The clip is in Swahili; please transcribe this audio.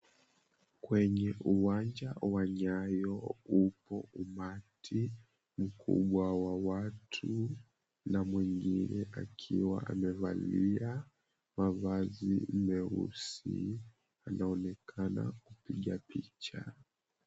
Kwenye uwanja wa nyayo upo umati mkubwa wa watu ,na mwingine akiwa amevalia mavazi nyeusi anaonekana kupiga picha.